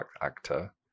actor